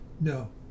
No